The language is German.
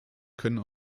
können